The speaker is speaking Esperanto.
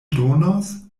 donos